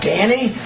Danny